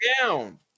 down